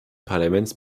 parlaments